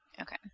Okay